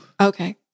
Okay